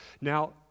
Now